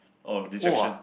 or distraction